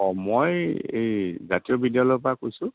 অ মই এই জাতীয় বিদ্যালয়ৰ পৰা কৈছোঁ